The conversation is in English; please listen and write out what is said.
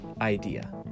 idea